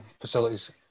facilities